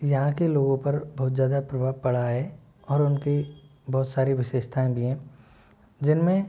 यहाँ के लोगों पर बहुत ज़्यादा प्रभाव पड़ा है और उनकी बहुत सारी विशेषताएं भी हैं जिनमें